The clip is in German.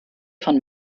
von